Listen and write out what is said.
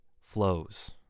flows